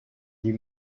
dis